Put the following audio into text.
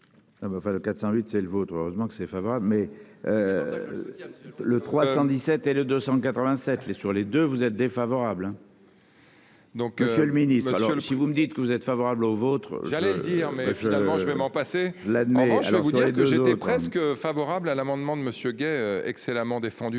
enfin, de 400, c'est le vôtre. Heureusement que c'est favorable mais. Le trois 17 et le 287 les sur les deux, vous êtes défavorable. Donc Monsieur le Ministre. Alors si vous me dites que vous êtes favorable aux. J'allais dire mais finalement je vais m'en passer la demande je vous dire que j'ai été presque favorable à l'amendement de me. Ce excellemment défendu